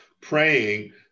praying